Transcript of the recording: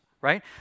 right